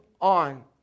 on